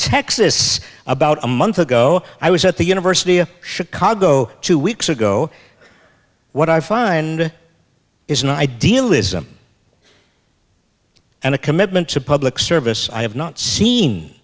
texas about a month ago i was at the university of chicago two weeks ago what i find is an idealism and a commitment to public service i have not seen